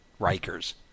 Rikers